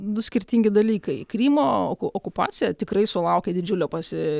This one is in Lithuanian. du skirtingi dalykai krymo okupacija tikrai sulaukė didžiulio pasi